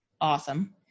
Awesome